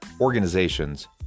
organizations